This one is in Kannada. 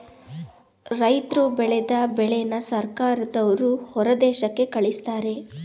ರೈತರ್ರು ಬೆಳದ ಬೆಳೆನ ಸರ್ಕಾರದವ್ರು ಹೊರದೇಶಕ್ಕೆ ಕಳಿಸ್ತಾರೆ